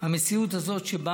שכתוצאה מהמתח הביטחוני שקיים שם,